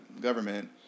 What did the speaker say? government